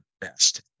best